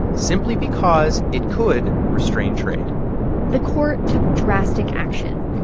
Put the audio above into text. simply because it could restrain trade the court took drastic action.